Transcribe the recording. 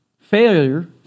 failure